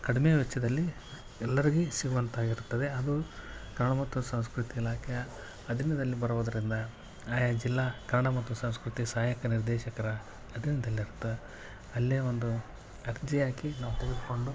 ಕಡಿಮೆ ವೆಚ್ಚದಲ್ಲಿ ಎಲ್ಲರಿಗೆ ಸಿಗುವಂತಾಗಿರ್ತದೆ ಅದು ಕನ್ನಡ ಮತ್ತು ಸಂಸ್ಕೃತಿ ಇಲಾಖೆಯ ಅಧೀನದಲ್ಲಿ ಬರೋದರಿಂದ ಆಯಾ ಜಿಲ್ಲಾ ಕನ್ನಡ ಮತ್ತು ಸಂಸ್ಕೃತಿ ಸಹಾಯಕ ನಿರ್ದೇಶಕರ ಅಧೀನದಲ್ಲಿರುತ್ತೆ ಅಲ್ಲೇ ಒಂದು ಅರ್ಜಿ ಹಾಕಿ ನಾವು ತೆಗೆದುಕೊಂಡು